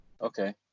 okay